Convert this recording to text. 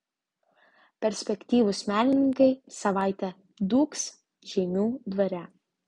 perspektyvūs menininkai savaitę dūgs žeimių dvare